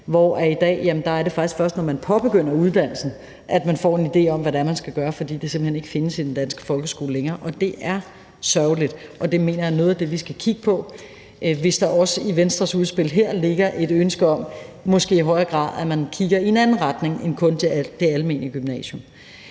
I dag er det faktisk først, når man påbegynder en uddannelse, at man får en idé om, hvad det er, man skal gøre, fordi det simpelt hen ikke findes i den danske folkeskole længere. Og det er sørgeligt, og det mener jeg er noget af det, vi skal kigge på, hvis der også i Venstres udspil her ligger et ønske om, at man måske i højere grad kigger i en anden retning end kun mod det almene gymnasium.